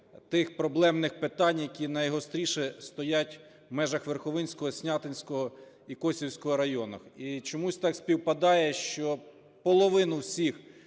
тих проблемних питань, які найгостріше стоять у межах Верховинського, Снятинського і Косівського районів. І чомусь так співпадає, що половина всіх